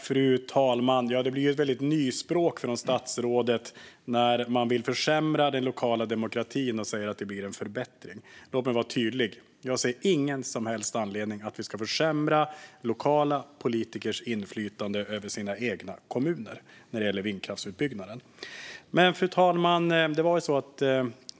Fru talman! Det blir ett väldigt nyspråk från statsrådet. Man vill försämra den lokala demokratin och säger att det blir en förbättring. Låt mig vara tydlig: Jag ser ingen som helst anledning till att vi ska försämra lokala politikers inflytande över sina egna kommuner när det gäller vindkraftsutbyggnaden. Fru talman!